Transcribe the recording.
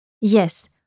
Yes